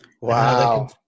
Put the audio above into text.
Wow